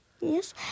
Yes